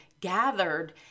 gathered